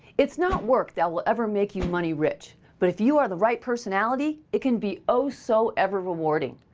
it is not work that will ever make you money rich, but if you are the right personality, it can be oh so ever rewarding.